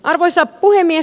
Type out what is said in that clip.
arvoisa puhemies